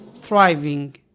thriving